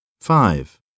Five